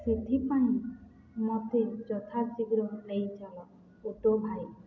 ସେଥିପାଇଁ ମୋତେ ଯଥା ଶୀଘ୍ର ନେଇ ଚାଲ ଅଟୋ ଭାଇ